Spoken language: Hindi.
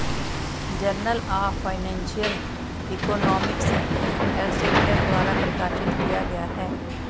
journal of financial economics Elsevier द्वारा प्रकाशित किया गया हैं